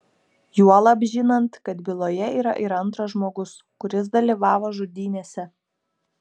juolab žinant kad byloje yra ir antras žmogus kuris dalyvavo žudynėse